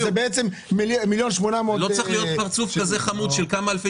שזה בעצם 1.87 מיליון.